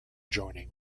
joining